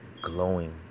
glowing